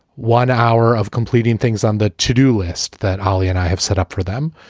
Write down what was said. one hour of completing things on the to-do list that ali and i have set up for them,